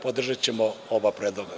Podržaćemo oba predloga.